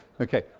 Okay